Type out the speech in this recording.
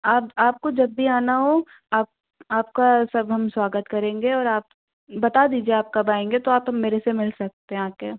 अब आपको जब भी आना हो आप आपका सब हम स्वागत करेंगे और आप बता दीजिए आप कब आएंगे तो आप मेरे से मिल सकते हैं आ कर